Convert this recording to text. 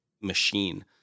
machine